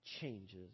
changes